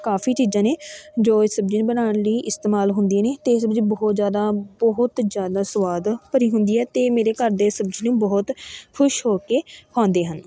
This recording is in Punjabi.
ਕਾਫੀ ਚੀਜ਼ਾਂ ਨੇ ਜੋ ਇਹ ਸਬਜ਼ੀ ਬਣਾਉਣ ਲਈ ਇਸਤੇਮਾਲ ਹੁੰਦੀਆਂ ਨੇ ਅਤੇ ਇਹ ਸਬਜ਼ੀ ਬਹੁਤ ਜ਼ਿਆਦਾ ਬਹੁਤ ਜ਼ਿਆਦਾ ਸਵਾਦ ਭਰੀ ਹੁੰਦੀ ਹੈ ਅਤੇ ਮੇਰੇ ਘਰ ਦੇ ਸਬਜ਼ੀ ਨੂੰ ਬਹੁਤ ਖੁਸ਼ ਹੋ ਕੇ ਖਾਂਦੇ ਹਨ